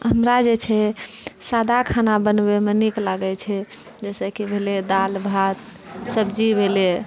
हमरा जे छै सादा खाना बनबैमे नीक लागै छै जाहिसँ कि भेलै दाल भात सब्जी भेलै